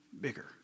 bigger